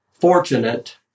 fortunate